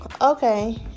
Okay